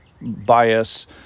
bias